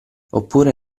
oppure